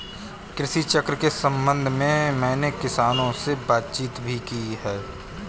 कृषि चक्र के संबंध में मैंने किसानों से बातचीत भी की है